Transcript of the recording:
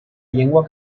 llengua